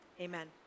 Amen